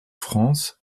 france